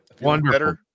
Wonderful